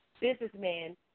businessman